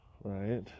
Right